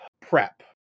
prep